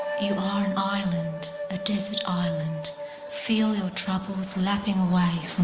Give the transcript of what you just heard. you are an island a desert island feel your troubles lapping away